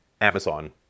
amazon